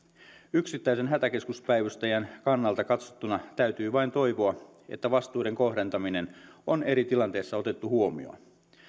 yksittäisen hätäkeskuspäivystäjän kannalta katsottuna täytyy vain toivoa että vastuiden kohdentaminen on eri tilanteissa otettu huomioon